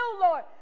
Lord